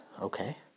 Okay